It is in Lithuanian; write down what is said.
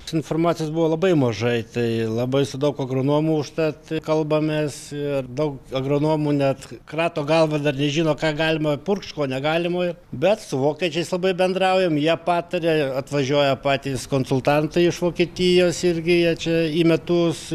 informacijos buvo labai mažai tai labai su daug agronomų užtat kalbamės ir daug agronomų net krato galvą dar nežino ką galima purkšt ko negalima bet su vokiečiais labai bendraujam jie pataria atvažiuoja patys konsultantai iš vokietijos irgi jie čia į metus